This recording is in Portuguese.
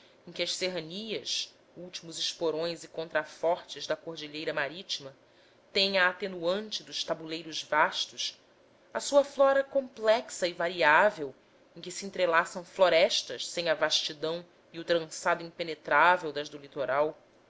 em que as serranias últimos esporões e contrafortes da cordilheira marítima têm a atenuante dos tabuleiros vastos a sua flora complexa e variável em que se entrelaçam florestas sem a vastidão e o trançado impenetrável das do litoral